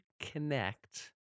Connect